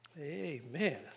Amen